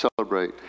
celebrate